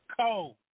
Cold